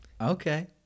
Okay